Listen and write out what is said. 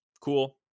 cool